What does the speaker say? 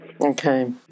Okay